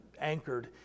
anchored